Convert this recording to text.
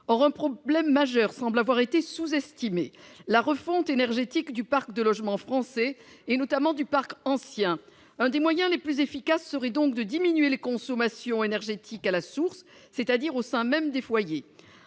Or un problème majeur semble avoir été sous-estimé, celui de la refonte énergétique du parc de logements français, notamment du parc ancien. L'un des moyens les plus efficaces est de diminuer les consommations énergétiques à la source, c'est-à-dire au sein même des foyers.